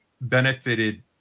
benefited